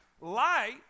light